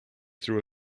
through